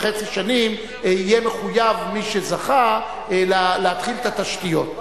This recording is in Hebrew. וחצי יהיה מחויב מי שזכה להתחיל את התשתיות.